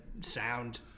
sound